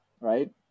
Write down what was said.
right